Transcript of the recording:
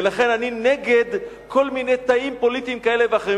ולכן אני נגד כל מיני תאים פוליטיים כאלה ואחרים.